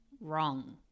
Wrong